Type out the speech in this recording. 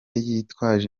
yitwaje